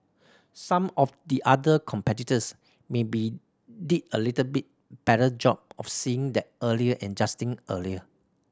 some of the other competitors maybe did a little bit better job of seeing that earlier and adjusting earlier